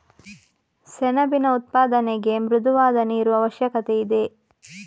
ಸೆಣಬಿನ ಉತ್ಪಾದನೆಗೆ ಮೃದುವಾದ ನೀರು ಅವಶ್ಯಕತೆಯಿದೆ